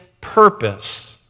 purpose